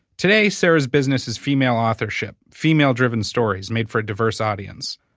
today, sarah's business is female authorship, female-driven stories made for a diverse audience.